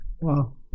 Wow